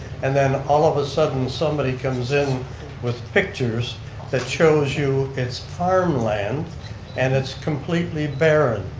and then all of a sudden, somebody comes in with pictures that shows you it's farmland and it's completely barren.